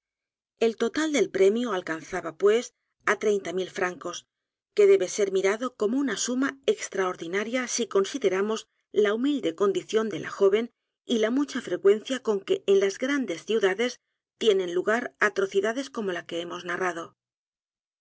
el total del premio alcanzaba pues á treinta mil francos que debe ser mirado como una suma extraordinaria si consideramos la humilde condición de la joven y la mucha frecuencia con que en las g r a n d e s ciudades tienen lugar atrocidades como l a q u e hemos n